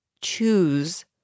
choose